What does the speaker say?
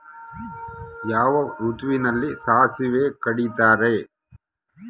ಯಾವ ಋತುವಿನಲ್ಲಿ ಸಾಸಿವೆ ಕಡಿತಾರೆ?